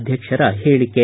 ಅಧ್ಯಕ್ಷರ ಹೇಳಿಕೆ